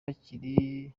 hakiri